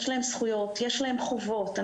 הם צריכים לדעת שיש לבני הנוער זכויות וחובות.